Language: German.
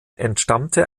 entstammte